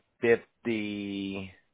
fifty